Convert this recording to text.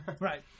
Right